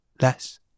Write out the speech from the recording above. less